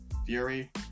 Fury